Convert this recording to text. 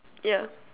yeah